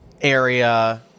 area